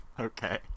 Okay